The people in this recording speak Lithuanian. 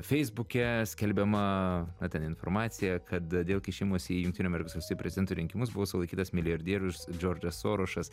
feisbuke skelbiama na ten informacija kad dėl kišimosi į jungtinių amerikos valstijų prezidento rinkimus buvo sulaikytas milijardierius džordžas sorošas